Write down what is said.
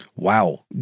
Wow